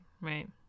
Right